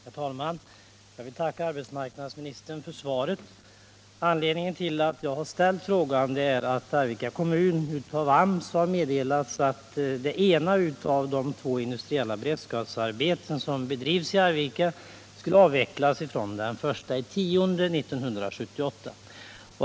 Herr talman! Jag vill tacka arbetsmarknadsministern för svaret. Anledningen till att jag ställde frågan är att Arvika kommun fått ett meddelande från AMS om att det ena av de två industriella beredskapsarbeten som bedrivs i Arvika skall avvecklas fr.o.m. den 1 oktober 1978.